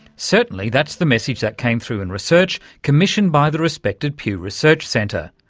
certainly that's the message that came through in research commissioned by the respected pew research centre.